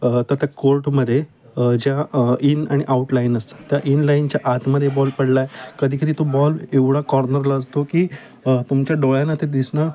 तर त्या कोर्टमधे ज्या इन आणि आउटलाईन असतात त्या इनलाईनच्या आतमदे बॉल पडलाय कधी कधी तो बॉल एवढा कॉर्नरला असतो की तुमच्या डोळ्यांना ते दिसणं